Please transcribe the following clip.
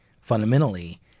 fundamentally